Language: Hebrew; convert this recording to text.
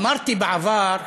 אמרתי בעבר,